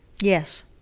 Yes